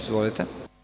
Izvolite.